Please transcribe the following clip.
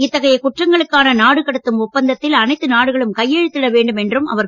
இத்தகைய குற்றங்களுக்கான நாடு கடத்தும் ஒப்பந்தத்தில் அனைத்து நாடுகளும் கையெழுத்திட வேண்டும் என்றார் அவர்